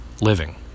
living